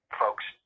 folks